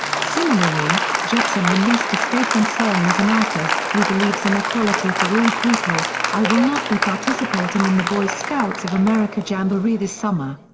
similarly, jepsen released a statement saying as an artist who believes in equality for all people, i will not be participating in the boy scouts of america jamboree this summer.